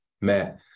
Matt